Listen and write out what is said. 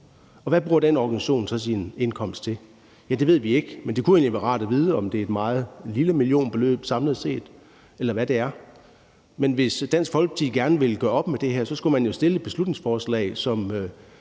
hvad bruger den organisation så sin indkomst til? Det ved vi ikke, men det kunne egentlig være rart at vide, om det er et meget lille millionbeløb samlet set, eller hvad det er. Men hvis Dansk Folkeparti gerne vil gøre op med det her, skulle man jo fremsætte et beslutningsforslag,